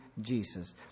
Jesus